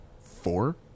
Four